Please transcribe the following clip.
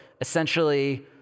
essentially